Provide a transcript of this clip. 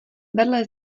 vedle